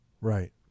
Right